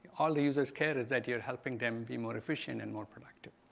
all the users care is that you are helping them be more efficient and more productive.